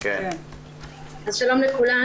שלום לכולן,